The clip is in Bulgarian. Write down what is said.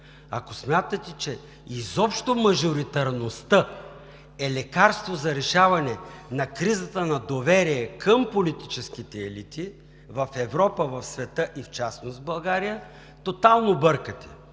Ако смятате, че изобщо мажоритарността е лекарство за решаване на кризата на доверие към политическите елити в Европа, в света, и в частност България, тотално бъркате.